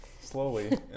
slowly